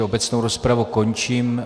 Obecnou rozpravu končím.